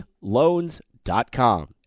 loans.com